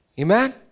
Amen